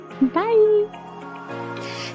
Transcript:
Bye